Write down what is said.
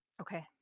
Okay